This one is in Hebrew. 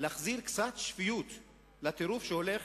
להחזיר קצת שפיות לטירוף שהולך